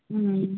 ம் ம்